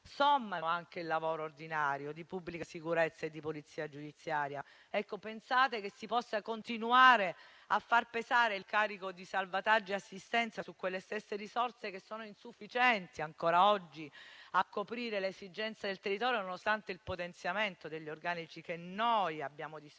sommano anche il lavoro ordinario di pubblica sicurezza e di polizia giudiziaria. Pensate che si possa continuare a far pesare il carico di salvataggio e assistenza su quelle stesse risorse, che sono insufficienti ancora oggi a coprire le esigenze del territorio, nonostante il potenziamento degli organici che noi abbiamo disposto